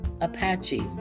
Apache